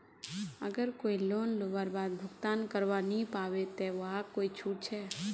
अगर कोई लोन लुबार बाद भुगतान करवा नी पाबे ते वहाक कोई छुट छे?